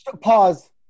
pause